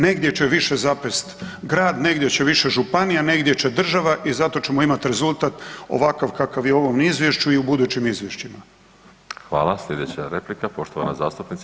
Negdje će više zapest grad, negdje će više županija, negdje će država i zato ćemo imat rezultat ovakav kakav je u ovom izvješću i u budućim izvješćima.